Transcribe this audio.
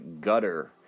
gutter